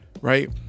right